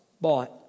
bought